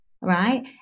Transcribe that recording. Right